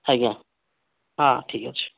ଆଜ୍ଞା ହଁ ଠିକ୍ ଅଛି